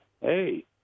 hey